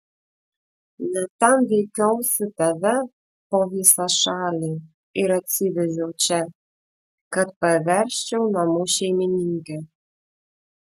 ne tam vaikiausi tave po visą šalį ir atsivežiau čia kad paversčiau namų šeimininke